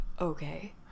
Okay